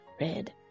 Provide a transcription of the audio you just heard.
red